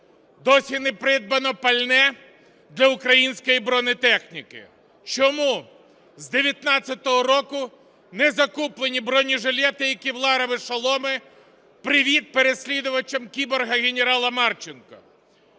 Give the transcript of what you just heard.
досі не придбано пальне для української бронетехніки? Чому з 2019 року не закуплені бронежилети і кевларові шоломи? (Привіт переслідувачам кіборга генерала Марченка).